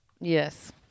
Yes